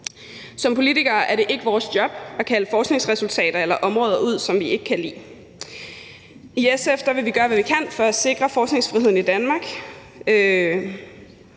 Som politikere er det ikke vores job at kalde forskningsresultater eller -områder ud, som vi ikke kan lide. I SF vil vi gøre, hvad vi kan, for at sikre forskningsfriheden i Danmark,